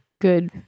good